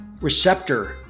receptor